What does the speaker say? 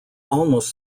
almost